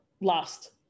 last